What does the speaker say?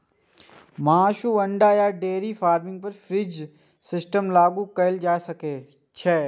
मासु, अंडा आ डेयरी फार्मिंग पर फ्री रेंज सिस्टम लागू कैल जा सकै छै